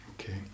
Okay